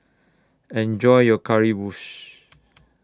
Enjoy your Currywurst